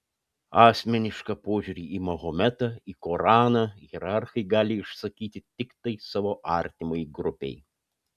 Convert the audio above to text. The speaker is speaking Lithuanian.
asmenišką požiūrį į mahometą į koraną hierarchai gali išsakyti tiktai savo artimai grupei